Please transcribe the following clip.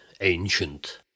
ancient